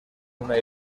una